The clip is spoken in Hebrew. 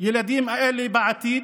הילדים האלה בעתיד.